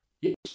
yes